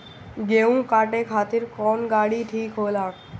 गेहूं काटे खातिर कौन गाड़ी ठीक होला?